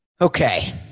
Okay